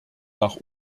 nach